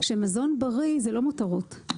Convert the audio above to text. שמזון בריא זה לא מותרות,